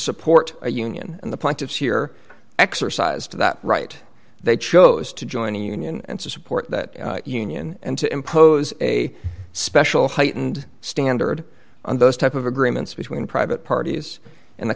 support a union in the plaintiff's year exercise to that right they chose to join a union and support that union and to impose a special heightened standard on those type of agreements between private parties in the